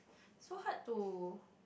so hard to